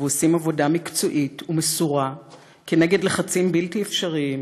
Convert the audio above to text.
ועושים עבודה מקצועית ומסורה כנגד לחצים בלתי אפשריים,